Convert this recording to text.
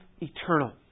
eternal